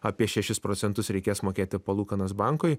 apie šešis procentus reikės mokėti palūkanas bankui